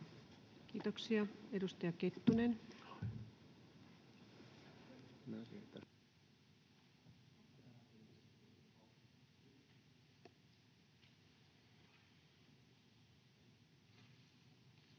Kiitoksia. — Edustaja Kettunen, olkaa